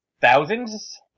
thousands